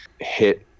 hit